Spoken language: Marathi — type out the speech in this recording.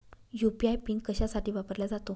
यू.पी.आय पिन कशासाठी वापरला जातो?